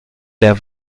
der